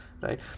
right